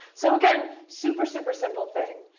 so again super, super simple thing.